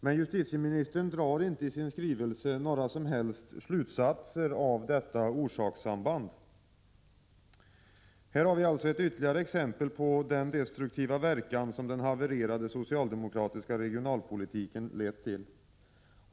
Men justitieministern drar inte i sin skrivelse några som helst slutsatser av detta orsakssamband. Här har vi alltså ytterligare ett exempel på den destruktiva verkan som den havererade socialdemokratiska regionalpolitiken lett till.